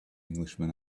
englishman